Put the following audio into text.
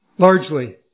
Largely